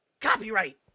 copyright